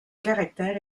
caractère